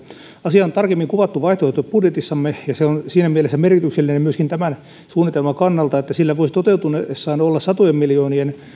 asia on tarkemmin kuvattu vaihtoehtobudjetissamme ja se on siinä mielessä merkityksellinen myöskin tämän suunnitelman kannalta että sillä voisi toteutuessaan olla satojen miljoonien